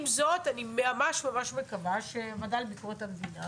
עם זאת אני ממש ממש מקווה שהועדה לביקורת המדינה